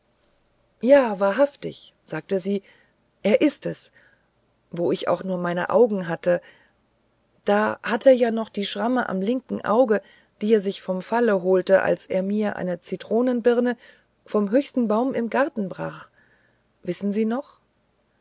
ja wahrhaftig sagte sie er ist es wo ich auch nur meine augen hatte da hat er ja noch die schramme am linken auge die er sich vom falle holte als er mir eine zitronenbirne vom höchsten baume im garten brach wissen sie noch